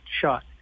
shot